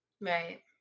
Right